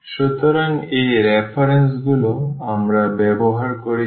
সুতরাং এই রেফারেন্সগুলো আমরা ব্যবহার করেছি